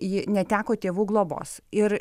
ji neteko tėvų globos ir